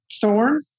thorn